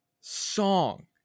song